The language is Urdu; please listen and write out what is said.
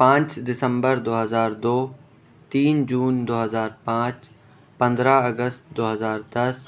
پانچ دسمبر دو ہزار دو تین جون دو ہزار پانچ پندرہ اگست دو ہزار دس